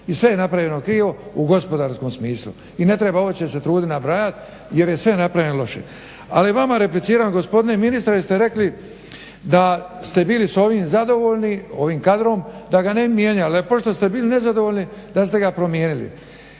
i sve je napravljeno krivo u gospodarskom smislu. I ne treba se uopće trudit nabrajat jer je sve napravljeno loše. Ali vama repliciram gospodine ministre jer ste rekli da ste bili s ovim zadovoljni, ovim kadrom da ga ne bi mijenjali. Pošto ste bili nezadovoljni da ste ga promijenili